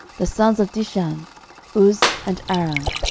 the sons of dishan uz, and aran.